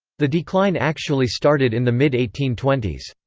the decline actually started in the mid eighteen twenty s.